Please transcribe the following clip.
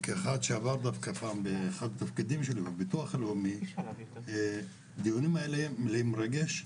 כאחד שעבר באחד התפקיד בביטוח הלאומי הדיונים האלה מלאים רגש,